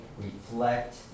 reflect